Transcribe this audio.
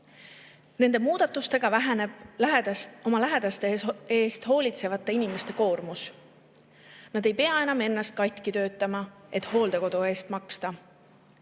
Nende muudatustega väheneb oma lähedaste eest hoolitsevate inimeste koormus. Nad ei pea ennast enam katki töötama, et hooldekodu[koha] eest maksta.